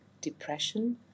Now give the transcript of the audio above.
depression